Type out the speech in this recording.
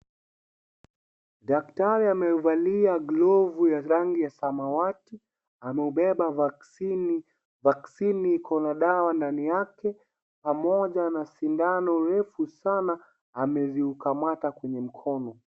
Daktari amevalia glovu ya rangi ya samawati, ameubeba vaksini, vaksini iko na dawa ndani yake, pamoja na sindano refu sana, ameziukamata kwenye mkono.